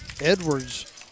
Edwards